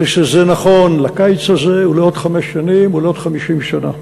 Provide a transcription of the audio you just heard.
ושזה נכון לקיץ הזה ולעוד חמש שנים, ולעוד 50 שנה.